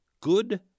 Good